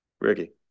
Ricky